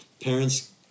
parents